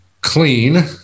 clean